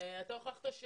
אתה הוכחת.